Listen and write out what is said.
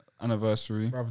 anniversary